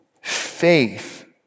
Faith